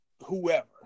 whoever